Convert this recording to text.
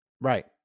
right